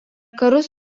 karus